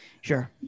Sure